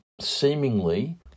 seemingly